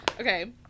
Okay